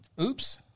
oops